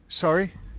sorry